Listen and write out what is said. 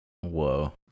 Whoa